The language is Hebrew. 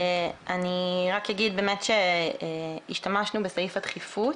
אני רק אגיד שהשתמשנו בסעיף הדחיפות.